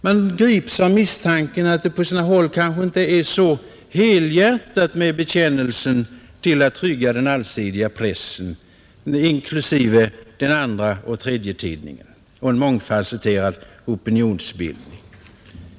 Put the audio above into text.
Man grips av misstanken att det på sina håll kanske inte är så helhjärtat med viljan att trygga den allsidiga pressen, inklusive den andra och tredje tidningen, och en mångfasetterad opinionsbildning.